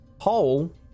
hole